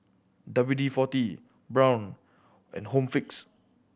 W D Forty Braun and Home Fix